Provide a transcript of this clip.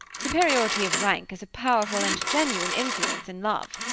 superiority of rank is a powerful and genuine influence in love.